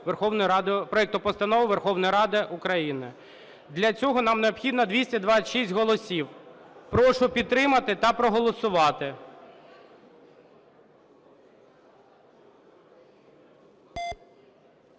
проекту постанови Верховної Ради України. Для цього нам необхідно 226 голосів. Прошу підтримати та проголосувати.